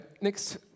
next